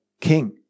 king